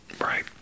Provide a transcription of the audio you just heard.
Right